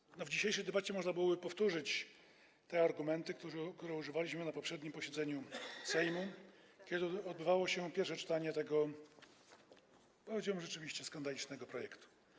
W zasadzie w dzisiejszej debacie można byłoby powtórzyć te argumenty, których używaliśmy na poprzednim posiedzeniu Sejmu, kiedy odbywało się pierwsze czytanie tego, powiedziałbym, rzeczywiście skandalicznego projektu.